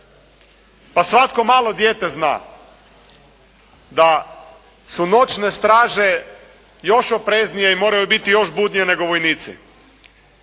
Pa svako malo dijete zna da su noćne straže još opreznije i moraju biti još budnije nego vojnici,